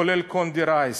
כולל קונדי רייס: